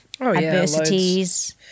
adversities